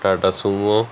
Tata sumo